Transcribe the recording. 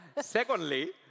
Secondly